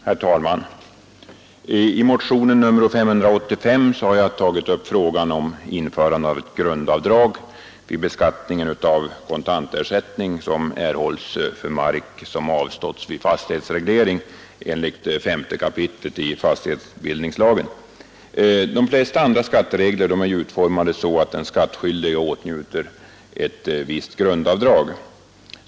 Herr talman! I motionen 585 har jag tagit upp frågan om införande av ett grundavdrag vid beskattning av kontantersättning, som erhålls för mark som avståtts vid fastighetsreglering enligt 5 kap. fastighetsbildningslagen. De flesta andra skatteregler är så utformade att den skattskyldige åtnjuter ett visst grundavdrag.